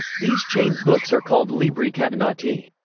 these chained books are called libri catenati.